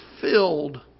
filled